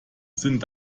sind